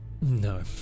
No